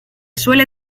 suele